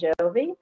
Jovi